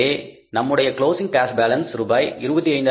எனவே நம்முடைய closing cash balance ரூபாய் 25 ஆயிரத்து 470